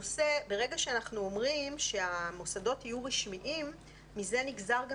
ברגע שאנחנו אומרים שהמוסדות יהיו רשמיים מזה נגזר גם